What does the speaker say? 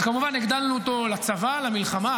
אז כמובן הגדלנו אותו לצבא, למלחמה.